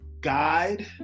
guide